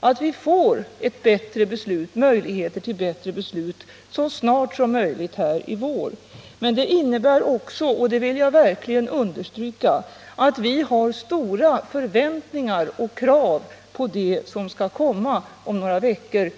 Det är viktigt att vi får möjligheter till bättre beslut så snart som möjligt i vår. Men det innebär också — det vill jag verkligen understryka — att vi har stora förväntningar och krav på det förslag som skall komma till riksdagen om några veckor